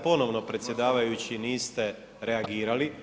Ponovno predsjedavajući niste reagirali.